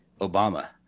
Obama